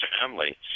family